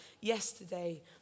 yesterday